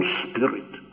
spirit